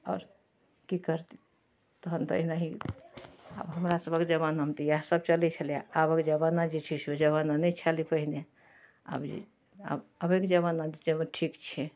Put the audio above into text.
आओर कि करतै तहन तऽ एनाहि आब हमरासभके जमानामे तऽ इएहसब चलै छलैए आबके जमाना जे छै से ओहि जमाना नहि छलै पहिने आब जे आब आबेके जमाना ठीक छै